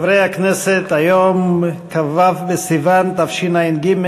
חברי הכנסת, היום כ"ו בסיוון תשע"ג,